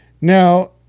Now